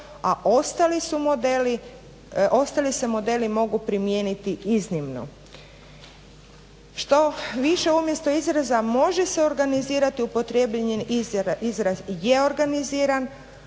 a ostali se modeli mogu primijeniti iznimno. Što više umjesto izraza može se organizirati upotrijebljen je izraz je organiziran,